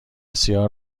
سیاه